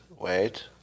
wait